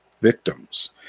victims